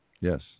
Yes